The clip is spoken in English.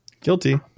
Guilty